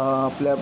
आपल्या